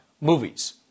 movies